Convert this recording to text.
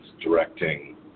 directing